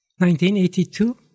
1982